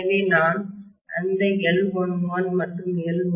எனவே நான் அந்த L11 மற்றும் L12